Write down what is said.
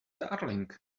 darling